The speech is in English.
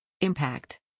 Impact